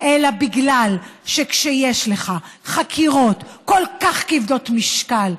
אלא בגלל שכשיש לך חקירות כל כך כבדות משקל,